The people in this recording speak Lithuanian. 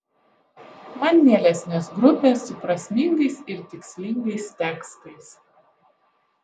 man mielesnės grupės su prasmingais ir tikslingais tekstais